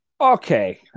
okay